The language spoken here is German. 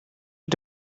mit